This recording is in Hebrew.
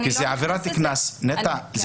זאת עבירת קנס,